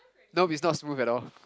no it's not smooth at all